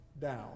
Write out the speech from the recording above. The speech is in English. down